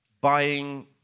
buying